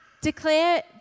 Declare